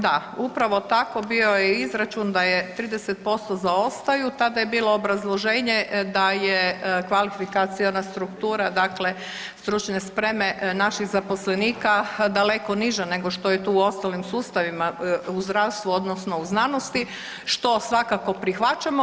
Da, upravo tako, bio je izračun da je 30% zaostaju, tada je bilo obrazloženje da je kvalifikaciona struktura dakle stručne spreme naših zaposlenika daleko niža nego što je to u ostalim sustavima u zdravstvu odnosno u znanosti, što svakako prihvaćamo.